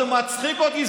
זה מצחיק אותי.